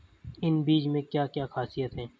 इन बीज में क्या क्या ख़ासियत है?